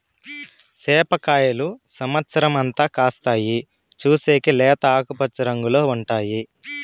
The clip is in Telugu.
సేప కాయలు సమత్సరం అంతా కాస్తాయి, చూసేకి లేత ఆకుపచ్చ రంగులో ఉంటాయి